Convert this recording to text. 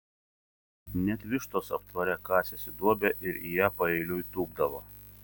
net vištos aptvare kasėsi duobę ir į ją paeiliui tūpdavo